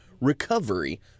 recovery